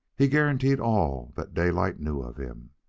he guaranteed all that daylight knew of him.